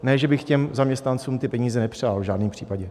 Ne že bych těm zaměstnancům ty peníze nepřál, v žádném případě.